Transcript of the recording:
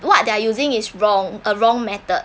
what they're using is wrong a wrong method